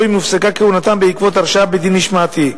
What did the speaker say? אם הופסקה כהונתם בעקבות הרשעה בדין משמעתי,